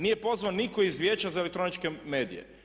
Nije pozvan nitko iz Vijeća za elektroničke medije.